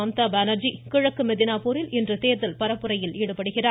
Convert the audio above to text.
மம்தா பானா்ஜி கிழக்கு மெதினாப்பூரில் இன்று தேர்தல் பரப்புரையில் ஈடுபடுகிறார்